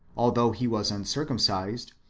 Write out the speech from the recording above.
although he was uncircumcised,